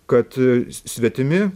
kad svetimi